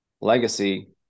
legacy